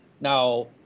Now